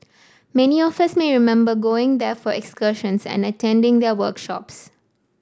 many of us may remember going there for excursions and attending their workshops